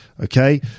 Okay